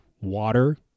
water